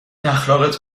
اخالقات